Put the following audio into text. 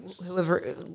whoever